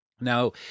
Now